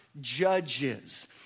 judges